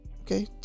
Okay